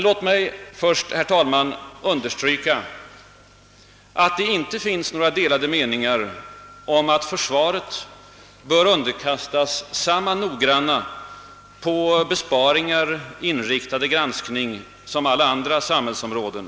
Låt mig då understryka, herr talman, att det inte råder några delade meningar om att försvaret bör underkastas samma noggranna och på besparingar inriktade granskningar som alla andra samhällsområden.